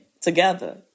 together